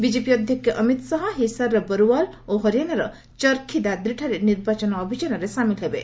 BJP ଅଧ୍ୟକ୍ଷ ଅମିତ ଶାହା ହିସାରର ବରୁୱାଲ ଓ ହରିଆଣାର ଚରଖି ଦାଦ୍ରିଠାରେ ନିର୍ବାଚନ ଅଭିଯାନରେ ସାମିଲ ହେବେ